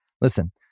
Listen